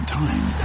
time